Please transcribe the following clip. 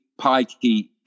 pikey